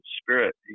spirit